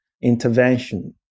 intervention